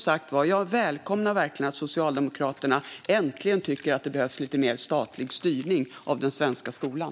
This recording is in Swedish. Jag välkomnar som sagt verkligen att Socialdemokraterna äntligen tycker att det behövs lite mer statlig styrning av den svenska skolan.